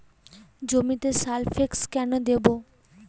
জমিতে সালফেক্স কেন দেবো?